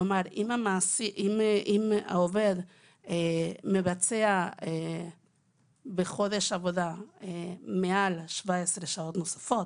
כלומר: אם העובד מבצע בחודש עבודה מעל 17 שעות נוספות